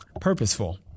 purposeful